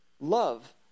love